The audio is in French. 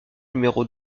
numéro